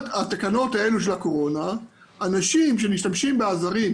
התקנות האלו של הקורונה אנשים שמשתמשים בעזרים,